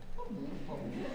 pabūk pabūk